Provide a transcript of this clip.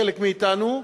חלק מאתנו,